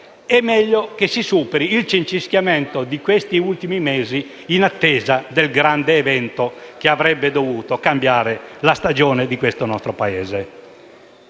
è meglio che si superi il cincischiamento di questi ultimi mesi in attesa del grande evento che avrebbe dovuto cambiare la stagione di questo nostro Paese.